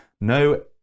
no